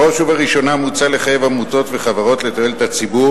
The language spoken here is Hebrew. בראש וראשונה מוצע לחייב עמותות וחברות לתועלת הציבור